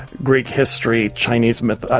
greek history, chinese myth,